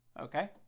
Okay